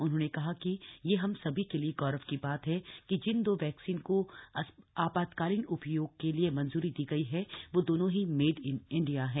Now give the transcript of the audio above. उन्होंने कहा कि यह हम सभी के लिए गौरव की बात है कि जिन दो वैक्सीन को आपातकालीन उपयोग के लिए मंजूरी दी गई है वो दोनों ही मेड इन इंडिया हैं